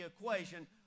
equation